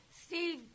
Steve